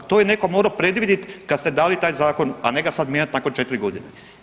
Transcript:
To je neko morao predvidit kad ste dali taj zakon a ne ga sad mijenjati nakon 4 godine.